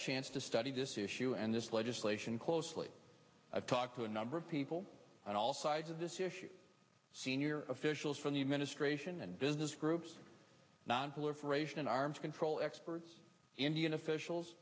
chance to study this issue and this legislation closely i've talked to a number of people on all sides of this issue senior officials from the administration and business groups nonproliferation and arms control experts indian officials